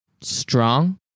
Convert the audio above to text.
strong